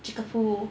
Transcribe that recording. chickapoo